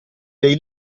dei